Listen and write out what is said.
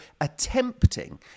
attempting